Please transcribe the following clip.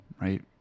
right